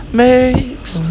makes